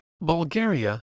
Bulgaria